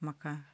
म्हाका